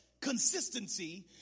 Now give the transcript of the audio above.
consistency